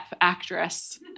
actress